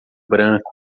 branco